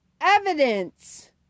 evidence